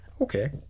okay